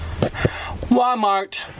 Walmart